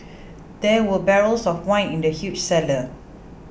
there were barrels of wine in the huge cellar